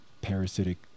parasitic